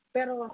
Pero